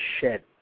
shed